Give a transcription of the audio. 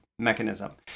mechanism